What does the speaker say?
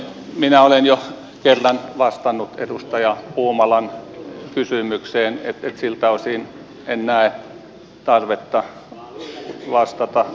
minä olen jo kerran vastannut edustaja puumalan kysymykseen niin että siltä osin en näe tarvetta vastata uudelleen